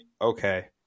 okay